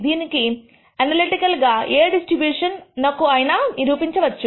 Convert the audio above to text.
దీనిని ఎనలిటికల్ గా ఏ డిస్ట్రిబ్యూషన్ నకు అయినా నిరూపించవచ్చు